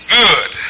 good